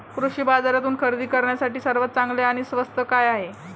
कृषी बाजारातून खरेदी करण्यासाठी सर्वात चांगले आणि स्वस्त काय आहे?